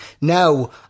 now